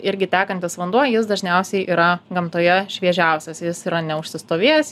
irgi tekantis vanduo jis dažniausiai yra gamtoje šviežiausias jis yra neužsistovėjęs